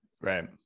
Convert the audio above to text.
right